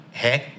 heck